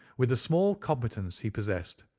with the small competence he possessed,